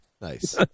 Nice